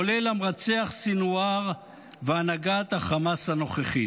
כולל המרצח סנוואר והנהגת החמאס הנוכחית.